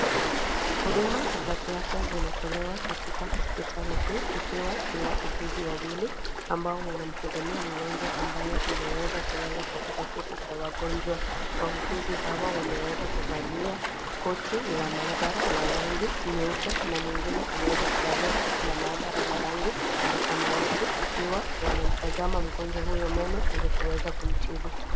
Huduma za kiafya zinatolewa katika hospitali hii. Ikiwa ni wauguzi wawili ambao wanamhudumia mgonjwa ambaye ameweza kulala katika kiti cha wagonjwa. Wauguzi hawa wameweza kuvalia koti la maabara la rangi nyeupe, na mwingine ameweza kuvalia koti la maabara na rangi ya samawati. Ikiwa wanamtazama mgonjwa huyo meno ili kuweza kumtibu.